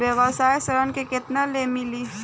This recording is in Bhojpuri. व्यवसाय ऋण केतना ले मिली?